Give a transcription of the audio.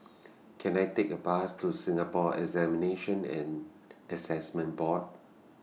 Can I Take A Bus to Singapore Examinations and Assessment Board